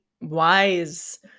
wise